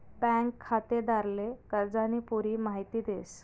bank खातेदारले कर्जानी पुरी माहिती देस